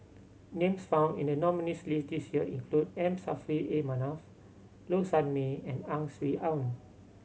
names found in the nominees' list this year include M Saffri A Manaf Low Sanmay and Ang Swee Aun